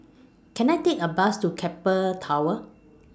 Can I Take A Bus to Keppel Towers